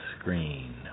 screen